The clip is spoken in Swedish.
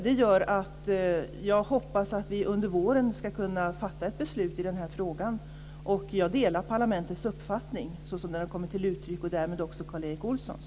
Det gör att jag hoppas att vi under våren ska kunna fatta ett beslut i den här frågan. Jag delar parlamentets uppfattning såsom den har kommit till uttryck och därmed också Karl Erik Olssons.